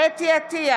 חוה אתי עטייה,